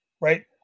Right